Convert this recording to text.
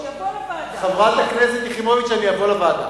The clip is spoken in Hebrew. חברת הכנסת יחימוביץ, אני אבוא לוועדה.